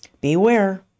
Beware